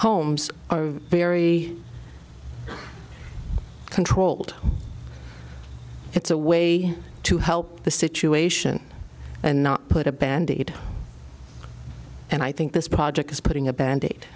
homes are very controlled it's a way to help the situation and not put a band aid and i think this project is putting a ban